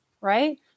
right